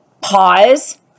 pause